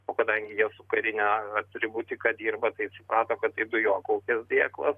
o kadangi jie su karine atributika dirba tai suprato kad tai dujokaukės dėklas